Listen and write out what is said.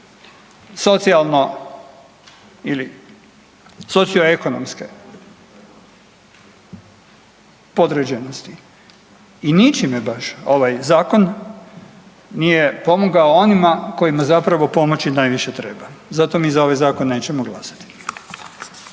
socijalno ili socioekonomske podređenosti i ničime baš ovaj zakon nije pomogao onima kojima zapravo pomoći najviše treba. Zato mi za ovaj zakon nećemo glasati.